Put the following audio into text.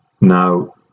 Now